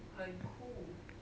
很 cool